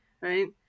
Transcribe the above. right